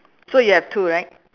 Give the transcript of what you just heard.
so you have two right